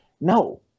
no